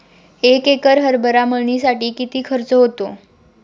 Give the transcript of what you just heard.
एक एकर हरभरा मळणीसाठी किती खर्च होतो?